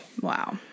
Wow